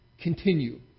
continue